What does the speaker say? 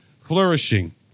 flourishing